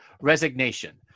resignation